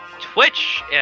Twitch